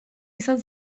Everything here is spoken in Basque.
izan